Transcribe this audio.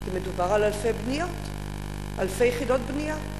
מדובר על אלפי יחידות בנייה.